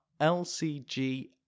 LCG